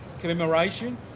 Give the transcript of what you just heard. commemoration